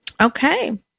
Okay